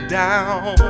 down